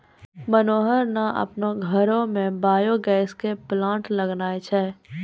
मनोहर न आपनो घरो मॅ बायो गैस के प्लांट लगैनॅ छै